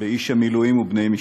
באיש המילואים ובני משפחתו.